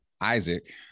Isaac